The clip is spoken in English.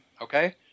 okay